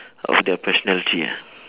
of the personality ah